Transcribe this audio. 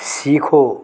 सीखो